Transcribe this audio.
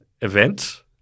event